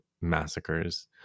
massacres